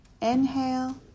inhale